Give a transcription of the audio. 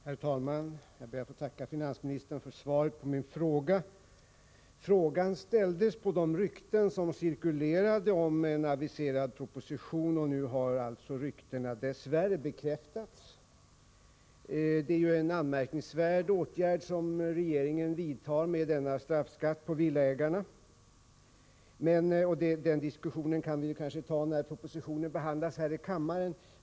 Herr talman! Jag ber att få tacka finansministern för svaret på min fråga. Frågan ställdes med anledning av de rykten som cirkulerade om en aviserad proposition. Nu har alltså ryktena dess värre bekräftats. Det är ju en anmärkningsvärd åtgärd som regeringen vidtar genom att föreslå denna straffskatt för villaägarna. Detta kan vi kanske diskutera när propositionen behandlas här i kammaren.